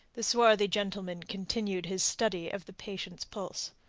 the swarthy gentleman continued his study of the patient's pulse.